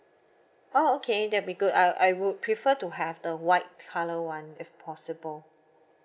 oh okay that'd be good I I would prefer to have the white colour [one] if possible